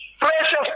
Precious